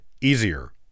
easier